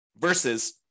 Versus